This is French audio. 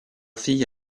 fille